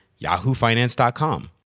yahoofinance.com